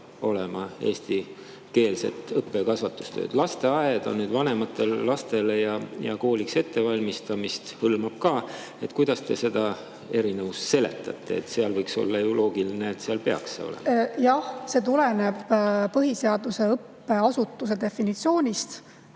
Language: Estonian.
olema eestikeelset õppe‑ ja kasvatustööd. Lasteaed hõlmab vanemate laste kooliks ettevalmistamist ka. Kuidas te seda erinevust seletate? Võiks ju olla loogiline, et seal peaks see olema. Jah, see tuleneb põhiseaduse õppeasutuse definitsioonist,